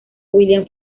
william